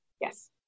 Yes